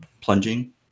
plunging